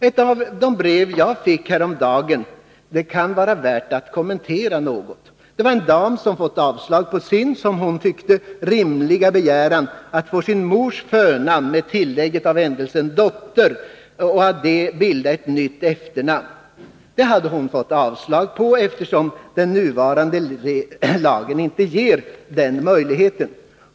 Ett av de brev som jag fick häromdagen kan vara värt att något kommentera. En dam hade fått avslag på sin, som hon tyckte, rimliga begäran att få ta sin mors förnamn och med tillägget ”dotter” bilda ett nytt efternamn. Det hade hon fått avslag på, eftersom den nuvarande lagen inte ger den möjligheten.